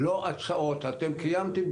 ואז הקושי מאוד